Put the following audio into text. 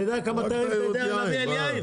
אתה יודע כמה תיירים אתה יודע להביא על יין?